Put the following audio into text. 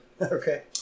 Okay